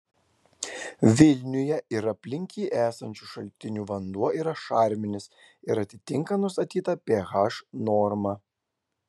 vilniuje ir aplink jį esančių šaltinių vanduo yra šarminis ir atitinka nustatytą ph normą